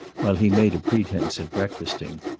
while he made a pretense at breakfasting.